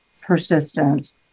persistence